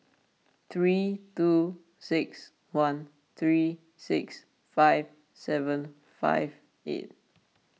three two six one three six five seven five eight